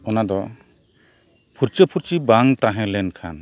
ᱚᱱᱟ ᱫᱚ ᱯᱷᱟᱨᱪᱟᱼᱯᱷᱟᱹᱨᱪᱤ ᱵᱟᱝ ᱛᱟᱦᱮᱸ ᱞᱮᱱᱠᱷᱟᱱ